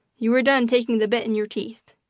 you are done taking the bit in your teeth.